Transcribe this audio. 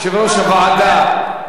יושב-ראש הוועדה,